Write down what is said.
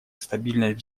стабильность